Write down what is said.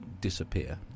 disappear